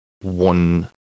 one